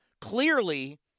Clearly